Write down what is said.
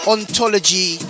Ontology